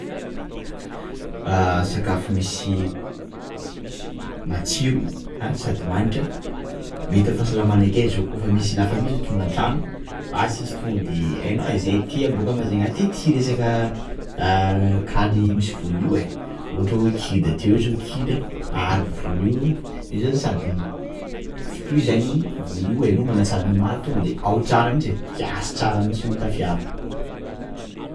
Sakafo misy matsiro, ah! Sady magnitra mahita fahasalamana nakay zay koafa fa misy la famille zo tonga atragno basy izy tonga de ahinao we zay aty boka majunga aty ty resaka kaly misy voanio io ein!ohatra we kida, teo zao kida, ahariko voanio, io zany sady, fruit zany io voanio enao manatsara nimalo tonga de ao tsara mintsy ein!kiasy tsara mintsy io tafiaro.